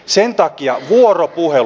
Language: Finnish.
sen takia on vuoropuhelu